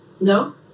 No